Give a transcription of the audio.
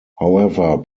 however